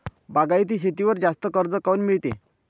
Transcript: बागायती शेतीवर जास्त कर्ज काऊन मिळते?